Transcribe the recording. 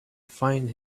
find